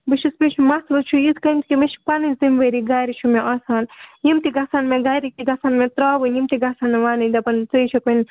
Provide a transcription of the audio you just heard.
بہٕ چھُس مےٚ چھُ مسلہٕ چھُ یِتھ کَنۍ کہِ مےٚ چھِ پَنٕنۍ ذِموٲری گَرِ چھُ مےٚ آسان یِم تہِ گژھَن مےٚ گَرِکۍ تہِ گژھَن مےٚ ترٛاوٕنۍ یِم تہِ گژھَن نہٕ وَنٕنۍ دپَن ژٔے چھَکھ وۄنۍ